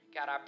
God